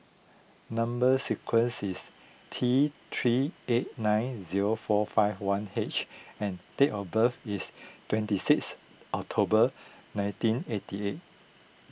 Number Sequence is T three eight nine zero four five one H and date of birth is twenty six October nineteen eighty eight